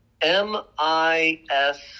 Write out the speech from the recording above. M-I-S